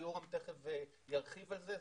מה